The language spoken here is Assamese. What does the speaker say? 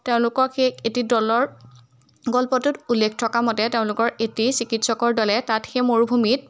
তেওঁলোকক সেই এটি দলৰ গল্পটোত উল্লেখ থকা মতে তেওঁলোকৰ এটি চিকিৎসকৰ দলে তাত সেই মৰুভূমিত